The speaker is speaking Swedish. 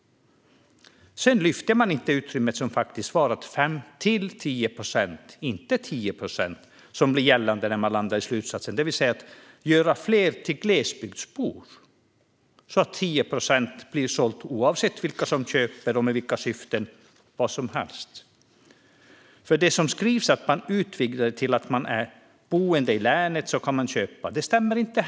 Sedan använde man inte det utrymme som faktiskt fanns att göra fler till glesbygdsbor - slutsatsen landade i 10 procent - så att 10 procent blir sålt oavsett vilka som köper och med vilka syften. Det som skrivs om att man utvidgade till att boende i länet kan köpa stämmer inte.